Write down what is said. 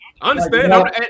understand